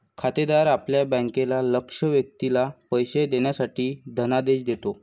खातेदार आपल्या बँकेला लक्ष्य व्यक्तीला पैसे देण्यासाठी धनादेश देतो